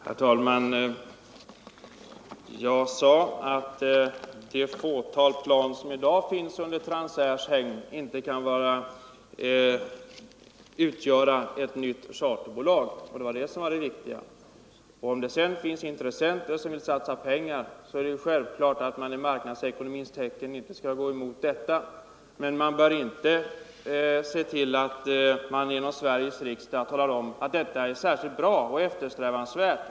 Herr talman! Jag sade att det fåtal plan som i dag finns under Transairs hägn inte kan utgöra grunden för ett nytt charterbolag. Det var det viktiga! Nr 125 Om det sedan finns intressenter som vill satsa pengar, är det självklart Onsdagen den att man i marknadsekonomins tecken inte skall gå emot detta. Men 20 november 1974 Sveriges riksdag bör inte säga att detta är särskilt bra och eftersträvansvärt.